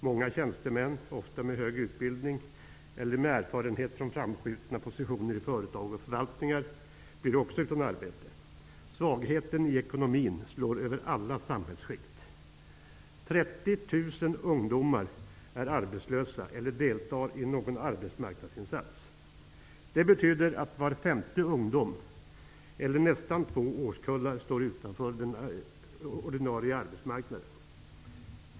Många tjänstemän, ofta med hög utbildning eller med erfarenhet från framskjutna positioner i företag och förvaltningar, blir också utan arbete. Svagheten i ekonomin slår över alla samhällsskikt. 30 000 ungdomar är arbetslösa eller deltar i någon arbetsmarknadsinsats. Det betyder att var femte ungdom eller nästan två årskullar står utanför den ordinarie arbetsmarknaden.